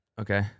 Okay